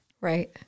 Right